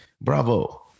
bravo